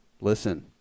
listen